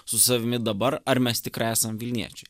su savimi dabar ar mes tikrai esam vilniečiai